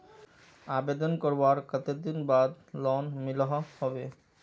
आवेदन करवार कते दिन बाद लोन मिलोहो होबे?